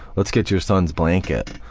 let's get your son's blanket,